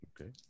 Okay